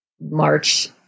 march